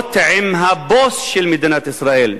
ישירות עם הבוס של מדינת ישראל,